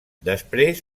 després